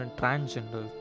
transgender